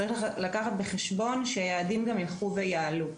צריך לקחת בחשבון שהיעדים גם ילכו ויעלו.